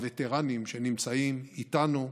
הווטרנים, שנמצאים איתנו.